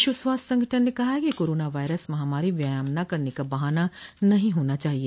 विश्व स्वास्थ्य संगठन ने कहा है कि कोरोना वायरस महामारी व्यायाम न करने का बहाना नहीं होना चाहिए